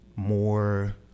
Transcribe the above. more